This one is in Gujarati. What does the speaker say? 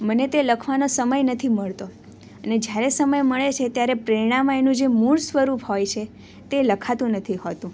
મને તે લખવાનો સમય નથી મળતો અને જ્યારે સમય મળે છે ત્યારે પ્રેરણામાં એનું જે મૂળ સ્વરૂપ હોય છે તે લખાતું નથી હોતું